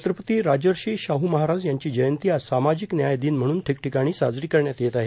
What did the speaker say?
छत्रपती राजर्षी शाह महाराज यांची जयंती आज सामाजिक न्याय दिन म्हणून ठिकठिकाणी साजरी करण्यात येत आहे